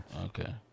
Okay